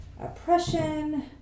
oppression